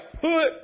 put